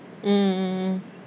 mm mm